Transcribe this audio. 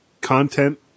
content